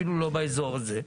אפילו לא באיזור הזה.